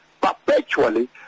perpetually